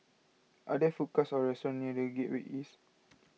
are there food courts or restaurants near the Gateway East